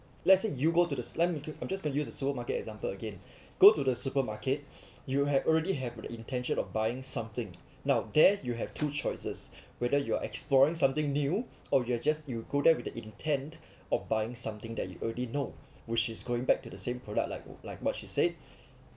let's say you go to the I'm just gonna use the supermarket example again go to the supermarket you have already have the intention of buying something now there you have two choices whether you're exploring something new or you're just you go there with the intent of buying something that you already know which is going back to the same product like like what she said